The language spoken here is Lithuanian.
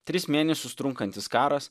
tris mėnesius trunkantis karas